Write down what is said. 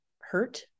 hurt